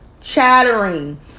chattering